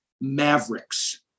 mavericks